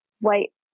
white